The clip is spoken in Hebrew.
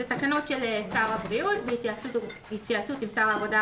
אלו תקנות של שר הבריאות בהתייעצות עם שר העבודה,